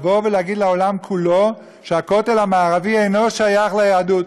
כדי להגיד לעולם כולו שהכותל המערבי אינו שייך ליהדות,